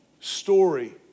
story